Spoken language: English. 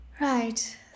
Right